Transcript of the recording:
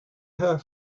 her